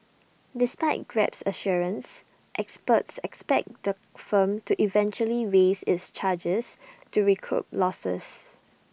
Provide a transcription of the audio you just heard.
despite grab's assurances experts expect the firm to eventually raise its charges to recoup losses